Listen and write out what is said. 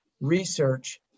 research